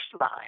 line